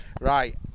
Right